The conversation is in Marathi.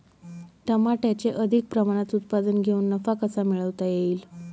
टमाट्याचे अधिक प्रमाणात उत्पादन घेऊन नफा कसा मिळवता येईल?